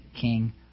king